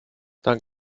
dank